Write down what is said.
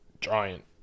giant